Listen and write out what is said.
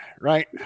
right